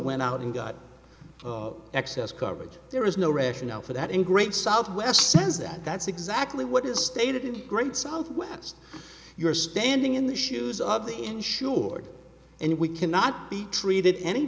went out and got excess coverage there is no rationale for that and great southwest says that that's exactly what is stated in the great southwest you're standing in the shoes of the insured and we cannot be treated any